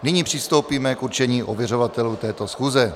Nyní přistoupíme k určení ověřovatelů této schůze.